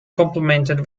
complimented